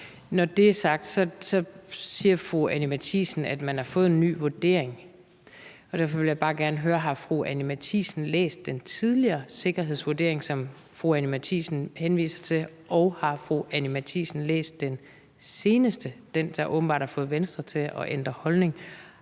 Når det er sagt, siger fru Anni Matthiesen, at man har fået en ny vurdering, og derfor vil jeg bare gerne høre: Har fru Anni Matthiesen læst den tidligere sikkerhedsvurdering, som hun henviser til? Og har fru Anni Matthiesen læst den seneste vurdering, altså den, der åbenbart har fået Venstre til at ændre holdning?